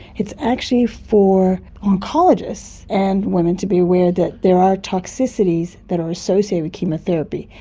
it's actually for oncologists and women to be aware that there are toxicities that are associated with chemotherapy,